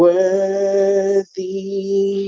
Worthy